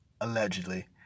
allegedly